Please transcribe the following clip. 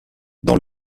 dans